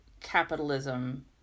capitalism